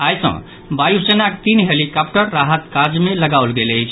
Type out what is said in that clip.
आई सँ वायुसेनाक तीन हेलिकॉप्टर राहत काज मे लगाओल गेल अछि